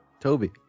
Toby